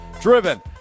driven